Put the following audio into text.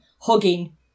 hugging